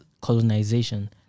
colonization